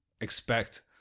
expect